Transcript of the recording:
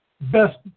best